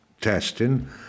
testing